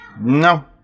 No